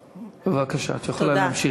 בבקשה, את יכולה להמשיך.